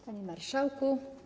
Panie Marszałku!